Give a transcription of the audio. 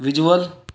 visual